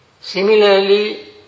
Similarly